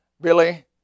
Billy